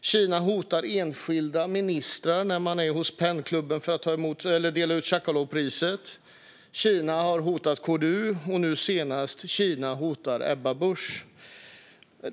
Kina hotar enskilda ministrar när de är hos PEN-klubben för att dela ut Tucholskypriset. Kina har hotat KDU, och nu senast hotar Kina Ebba Busch.